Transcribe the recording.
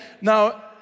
Now